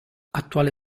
attuale